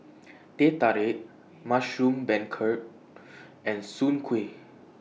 Teh Tarik Mushroom Beancurd and Soon Kuih